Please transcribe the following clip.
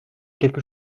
quelque